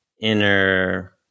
inner